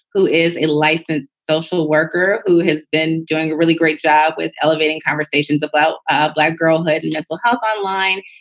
who is a licensed social worker who has been doing a really great job with elevating conversations about ah black girlhood and mental health ah line.